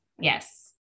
yes